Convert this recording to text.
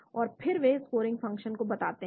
और फिर वे स्कोरिंग फ़ंक्शन को बताते हैं